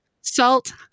salt